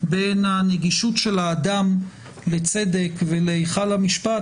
בין הנגישות של האדם לצדק ולהיכל המשפט,